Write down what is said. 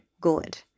good